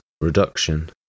reduction